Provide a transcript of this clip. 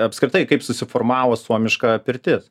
apskritai kaip susiformavo suomiška pirtis